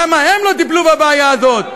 למה הם לא טיפלו בבעיה הזאת?